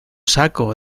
saco